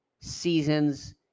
seasons